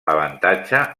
avantatge